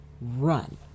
run